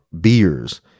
beers